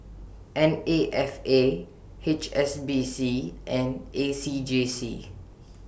N A F A H S B C and A C J C